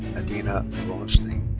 adina bronshtein.